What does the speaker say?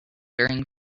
during